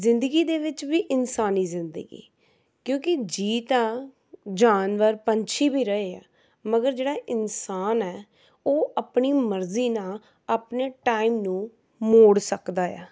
ਜ਼ਿੰਦਗੀ ਦੇ ਵਿੱਚ ਵੀ ਇਨਸਾਨੀ ਜ਼ਿੰਦਗੀ ਕਿਉਂਕਿ ਜੀ ਤਾਂ ਜਾਨਵਰ ਪੰਛੀ ਵੀ ਰਹੇ ਆ ਮਗਰ ਜਿਹੜਾ ਇਨਸਾਨ ਹੈ ਉਹ ਆਪਣੀ ਮਰਜ਼ੀ ਨਾਲ ਆਪਣੇ ਟਾਈਮ ਨੂੰ ਮੋੜ ਸਕਦਾ ਆ